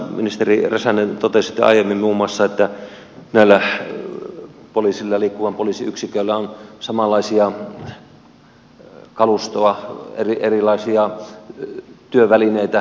ministeri räsänen totesitte aiemmin muun muassa että poliisilla ja liikkuvan poliisin yksiköillä on samanlaista kalustoa erilaisia työvälineitä